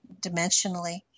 dimensionally